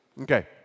Okay